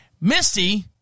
misty